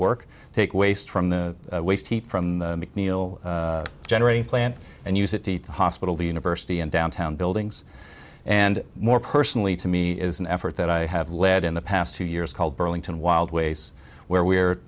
work take waste from the waste heat from the mcneil generating plant and use it to the hospital university in downtown buildings and more personally to me is an effort that i have led in the past two years called burlington wild ways where we